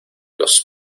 los